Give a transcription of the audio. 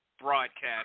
broadcast